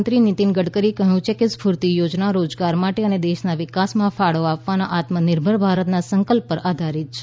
મંત્રી નીતિન ગડકરીએ કહ્યું છે કે સ્ફૂર્તિ યોજના રોજગાર માટે અને દેશના વિકાસમાં ફાળી આપવાના આત્મનિર્ભર ભારતના સંકલ્પ પર આધારિત છે